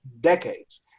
decades